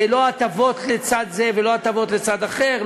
לא הטבות לצד זה ולא הטבות לצד אחר,